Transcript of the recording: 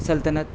سلطنت